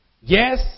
Yes